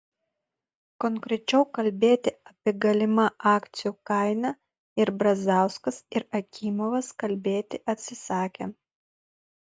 konkrečiau kalbėti apie galimą akcijų kainą ir brazauskas ir akimovas kalbėti atsisakė